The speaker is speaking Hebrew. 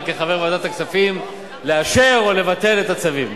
כחבר ועדת הכספים לאשר או לבטל את הצווים.